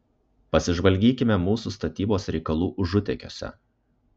pasižvalgykime mūsų statybos reikalų užutėkiuose